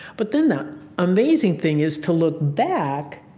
but then the amazing thing is to look back.